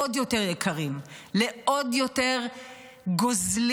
לעוד יותר יקרים, לעוד יותר גוזלים